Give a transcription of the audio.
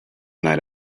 night